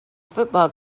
football